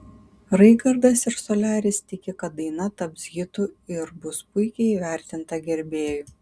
raigardas ir soliaris tiki kad daina taps hitu ir bus puikiai įvertinta gerbėjų